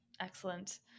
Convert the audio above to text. excellent